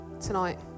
tonight